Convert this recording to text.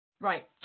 Right